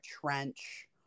trench